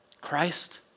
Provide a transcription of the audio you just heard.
Christ